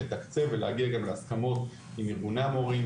לתקצב ולהגיע גם להסכמות עם ארגוני המורים,